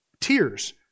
tears